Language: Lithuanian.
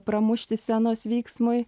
pramušti scenos veiksmui